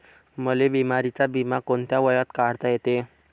मले बिमारीचा बिमा कोंत्या वयात काढता येते?